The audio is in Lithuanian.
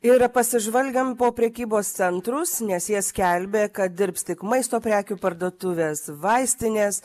ir pasižvalgėm po prekybos centrus nes jie skelbė kad dirbs tik maisto prekių parduotuvės vaistinės